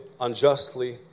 unjustly